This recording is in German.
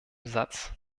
satz